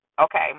Okay